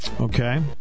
Okay